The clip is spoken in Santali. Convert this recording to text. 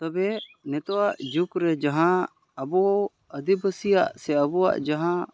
ᱛᱚᱵᱮ ᱱᱤᱛᱚᱜᱟᱜ ᱡᱩᱜᱽ ᱨᱮ ᱡᱟᱦᱟᱸ ᱟᱵᱚ ᱟᱹᱫᱤᱵᱟᱹᱥᱤᱭᱟᱜ ᱥᱮ ᱟᱵᱚᱣᱟᱜ ᱡᱟᱦᱟᱸ